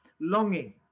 longing